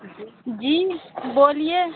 جی بولیے